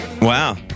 Wow